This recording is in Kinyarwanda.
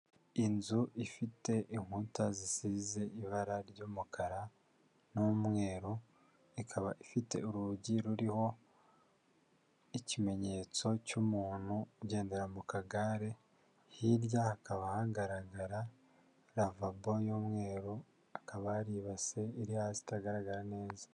Inzu ifite inkuta zisize ibara ry'umukara n'umweru, ikaba ifite urugi ruriho ikimenyetso cy'umuntu ugendera mu kagare, hirya hakaba hagaragara ravabo y'umweru, hakaba hari ibase iri hasi itagaragara neza.